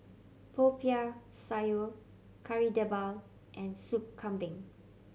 Popiah Sayur Kari Debal and Soup Kambing